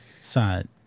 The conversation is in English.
side